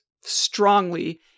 strongly